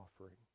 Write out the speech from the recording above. offering